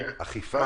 אכיפה?